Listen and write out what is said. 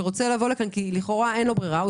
שרוצה לבוא לכאן כי לכאורה אין לו ברירה אגב,